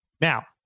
Now